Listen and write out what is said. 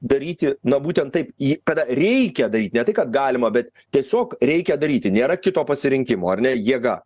daryti na būtent taip jį kada reikia daryt ne tai kad galima bet tiesiog reikia daryti nėra kito pasirinkimo ar ne jėga